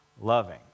loving